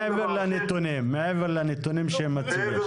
מעבר לנתונים שהם מציגים.